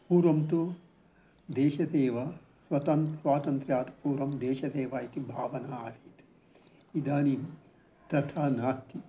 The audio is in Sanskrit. पूर्वं तु देशसेवा स्वतन् स्वातन्त्र्यात् पूर्वं देशसेवा इति भावना आसीत् इदानीं तथा न